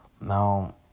Now